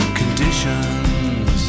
conditions